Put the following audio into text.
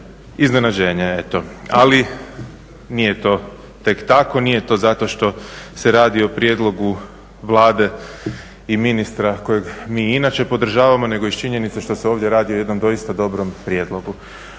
Iznenađenje eto, ali nije to tek tako, nije to zato što se radi o prijedlogu Vlade i ministra kojeg mi inače podržavamo nego i iz činjenice što se ovdje radi o jednom doista dobrom prijedlogu.